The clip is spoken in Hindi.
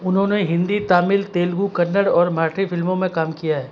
उन्होंने हिंदी तमिल तेलुगु कन्नड़ और मराठी फिल्मों में काम किया हैं